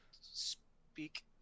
speak